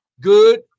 good